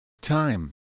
time